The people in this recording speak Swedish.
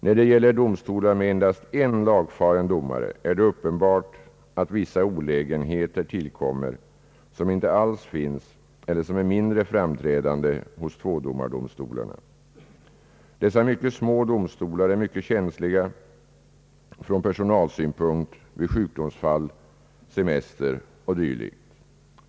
När det gäller domstolar med endast en lagfaren domare är det uppenbart att vissa olägenheter tillkommer som inte alls finns eller som är mindre framträdande hos tvådomardomstolarna, Dessa mycket små domstolar är mycket känsliga från personalsynpunkt vid sjukdomsfall, semestrar o. d.